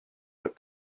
that